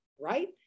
right